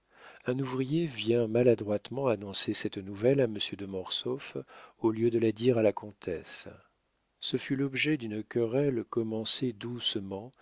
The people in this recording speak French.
un ouvrier vient maladroitement annoncer cette nouvelle à monsieur de mortsauf au lieu de la dire à la comtesse ce fut l'objet d'une querelle commencée doucement